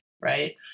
right